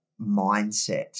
mindset